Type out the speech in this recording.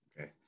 Okay